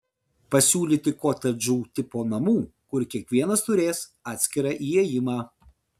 pasiūlyti kotedžų tipo namų kur kiekvienas turės atskirą įėjimą